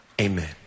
Amen